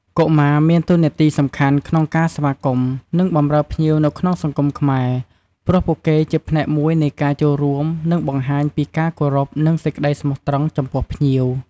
កុមារមានតួនាទីសំខាន់ក្នុងការស្វាគមន៍ និងបម្រើភ្ញៀវនៅក្នុងសង្គមខ្មែរ ព្រោះពួកគេជាផ្នែកមួយនៃការចូលរួម និងបង្ហាញពីការគោរពនិងសេចក្តីស្មោះត្រង់ចំពោះភ្ញៀវ។